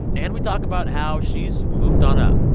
and we talk about how she's moved on up,